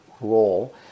role